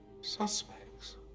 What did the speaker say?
Suspects